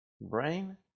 brain